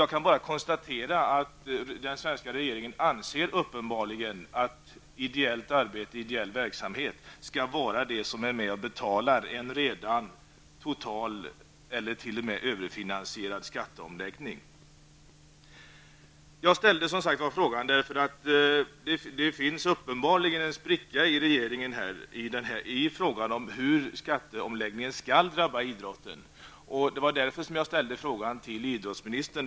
Jag kan bara konstatera att den svenska regeringen uppenbarligen anser att ideellt arbete och ideell verksamhet skall vara med och betala en redan totalt finansierad eller t.o.m. Jag ställde som sagt min interpellation på grund av att det uppenbarligen finns en spricka i regeringen i fråga om hur skatteomläggningen skall drabba idrotten. Det var därför jag riktade interpellationen till idrottsministern.